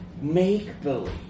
make-believe